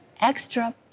extra